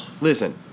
Listen